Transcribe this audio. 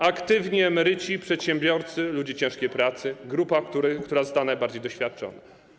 Aktywni emeryci, przedsiębiorcy, ludzie ciężkiej pracy - grupa, która została najbardziej doświadczona.